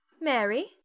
Mary